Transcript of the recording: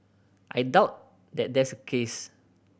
I doubt that that's the case